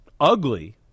ugly